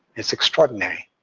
it's extraordinary.